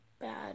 bad